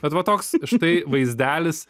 bet va toks štai vaizdelis